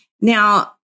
Now